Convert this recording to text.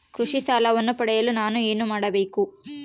ಕೃಷಿ ಸಾಲವನ್ನು ಪಡೆಯಲು ನಾನು ಏನು ಮಾಡಬೇಕು?